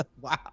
Wow